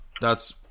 thats